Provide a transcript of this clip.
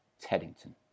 Teddington